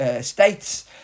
states